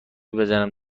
بزنم